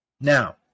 Now